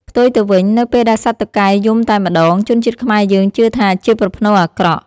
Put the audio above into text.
ផ្ទុយទៅវិញ នៅពេលដែលសត្វតុកែយំតែម្ដង ជនជាតិខ្មែរយើងជឿថាជាប្រផ្នូលអាក្រក់។